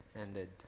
ended